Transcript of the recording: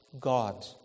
God